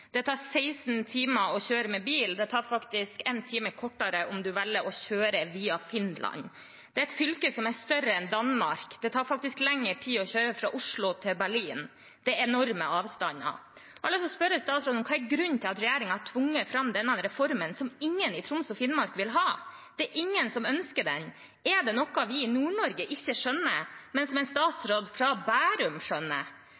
Det tar 16 timer å kjøre med bil – det er faktisk én time kortere om man velger å kjøre via Finland. Det er et fylke som er større enn Danmark. Det tar faktisk lengre tid enn å kjøre fra Oslo til Berlin. Det er enorme avstander. Jeg har lyst til å spørre statsråden: Hva er grunnen til at regjeringen har tvunget fram denne reformen, som ingen i Troms og Finnmark vil ha? Det er ingen som ønsker den. Er det noe vi i Nord-Norge ikke skjønner, men som en statsråd fra Bærum skjønner?